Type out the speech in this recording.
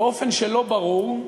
באופן לא ברור,